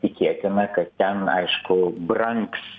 tikėtina kad ten aišku brangs